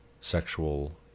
sexual